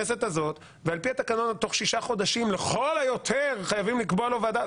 ועל-פי התקנון בתוך שישה חודשים לכל היותר צריך לקבוע לו ועדה,